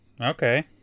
Okay